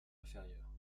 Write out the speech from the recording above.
inférieur